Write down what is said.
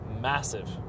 massive